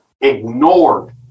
ignored